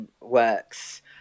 works